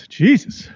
jesus